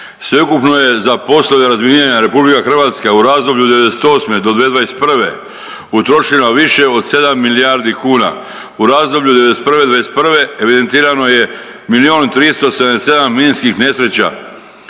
Sveukupno je za poslove razminiranja RH u razdoblju od '98. do 2021. utrošila više od 7 milijardi kuna, u razdoblju od '91.-21. evidentirano je 1 000 377 minskih nesreća